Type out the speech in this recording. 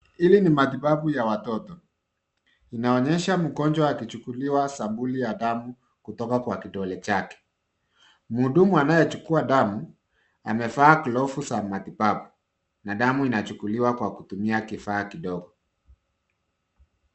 Hili ni matibabu ya watoto, inaonyesha mgonjwa akichukuliwa sampuli ya damu kutoka kwa kidole chake. Mhudumu anayechukua damu, amevaa glovu za matibabu na damu inachukuliwa kwa kutumia kifaa kidogo.